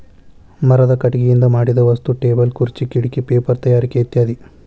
ಮರದ ಕಟಗಿಯಿಂದ ಮಾಡಿದ ವಸ್ತು ಟೇಬಲ್ ಖುರ್ಚೆ ಕಿಡಕಿ ಪೇಪರ ತಯಾರಿಕೆ ಇತ್ಯಾದಿ